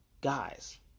Guys